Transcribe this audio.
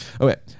Okay